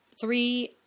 three